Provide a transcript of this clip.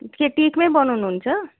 के टिकमै बनाउनुहुन्छ